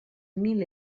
mil